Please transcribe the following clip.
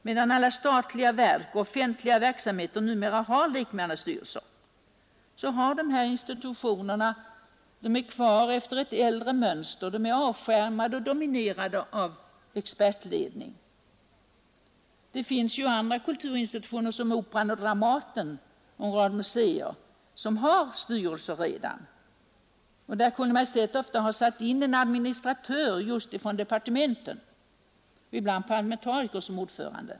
Medan alla statliga verk och offentliga verksamheter numera har lekmannastyrelser, lever de här institutionerna kvar enligt ett äldre mönster — de är avskärmade och dominerade av en expertledning. Det finns ju andra kulturinstitutioner, såsom Operan, Dramaten och en rad museer, som redan har styrelser där Kungl. Maj:t ofta har satt in en administratör från departementen och ibland en parlamentariker som ordförande.